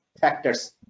factors